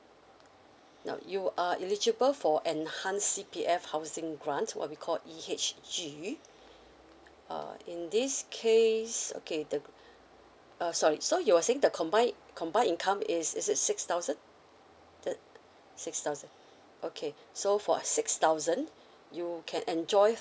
now you are eligible for enhanced C_P_F housing grant what we called E_H_G uh in this case okay the uh sorry so you were saying the combine combine income is is it six thousand the six thousand okay so for six thousand you can enjoy